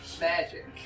Magic